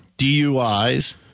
DUIs